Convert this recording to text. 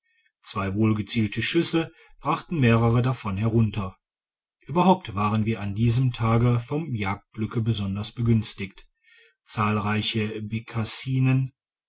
zwei wohlgezielte schüsse brachten mehrere davon herunter uet erhaupt waren wir an diesem tage vom jagdglücke besonders begünstigt zahlreiche